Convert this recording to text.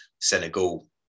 Senegal